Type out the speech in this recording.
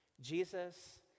Jesus